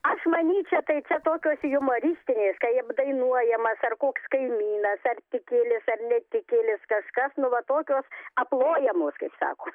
aš manyčiau tai čia tokios jumoristinės kai apdainuojamas ar koks kaimynas ar tikėlis ar netikėlis kažkas nu va tokios aplojamos kaip sako